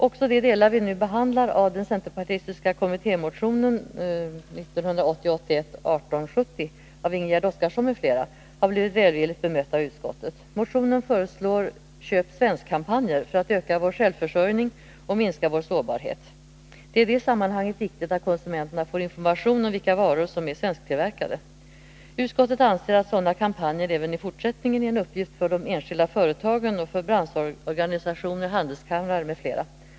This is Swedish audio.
Också de delar vi nu behandlar av den centerpartistiska kommittémotionen 1980/81:1870 av Ingegerd Oskarsson m.fl., har blivit välvilligt bemött av utskottet. Motionen föreslår ”Köp svenskt”-kampanjer för att öka vår självförsörjning och minska vår sårbarhet. Det är i det sammanhanget viktigt att konsumenterna får information om vilka varor som är svensktillverkade. Utskottet anser att sådana kampanjer även i fortsättningen är en uppgift för de enskilda företagen, för branschorganisationer, handelskamrar m.fl.